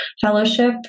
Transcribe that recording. Fellowship